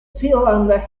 zealand